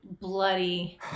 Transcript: bloody